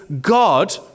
God